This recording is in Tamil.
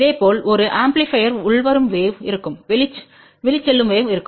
இதேபோல் ஒரு ஆம்பிளிபையர் உள்வரும் வேவ் இருக்கும் வெளிச்செல்லும் வேவ் இருக்கும்